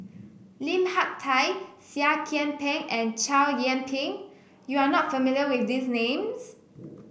Lim Hak Tai Seah Kian Peng and Chow Yian Ping you are not familiar with these names